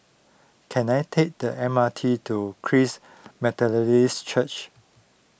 can I take the M R T to Christ Methodist Church